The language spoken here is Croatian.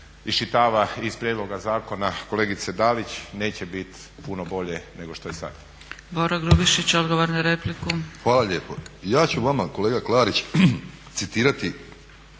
iščitava iz prijedloga zakona kolegice Dalić neće biti puno bolje nego što je sad.